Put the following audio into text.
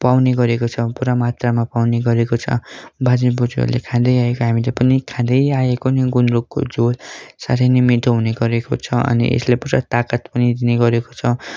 पाउने गरेको छ पुरा मात्रमा पाउने गरेको छ बाजे बोजूहरूले खाँदै आइरहेको हामीले पनि खाँदै आएको नै गुन्द्रुकको झोल साह्रै नै मिठो हुने गरेको छ अनि यसले पुरा ताकत पनि दिने गरेको छ